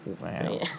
Wow